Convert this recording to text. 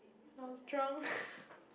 when I was drunk